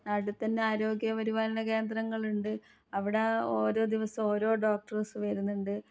അടുത്തുതന്നെ ആരോഗ്യ പരിപാലന കേന്ദ്രങ്ങളുണ്ട് അവിടെ ഓരോ ദിവസവും ഓരോ ഡോക്ടർസ് വരുന്നുണ്ട്